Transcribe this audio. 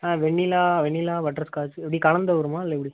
ஆ vanilla vanilla butterscotch எப்படி கலந்து வருமா இல்லை எப்படி